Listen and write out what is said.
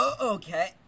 Okay